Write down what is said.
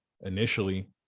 initially